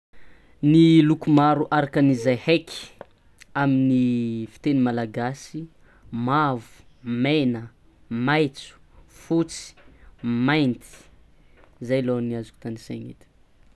Ny loko arakan'izay heky amin'ny fiteny malagasy: mavo, mena, maitso, fotsy, mainty, zay aloh ny azoko tanisaina edy e.